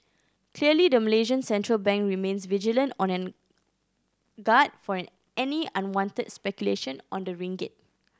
clearly the Malaysian central bank remains vigilant and on guard for an any unwanted speculation on the ringgit